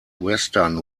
western